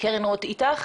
רוט איטח